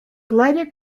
glider